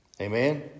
Amen